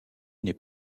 n’est